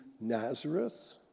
Nazareth